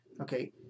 Okay